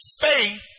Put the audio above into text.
Faith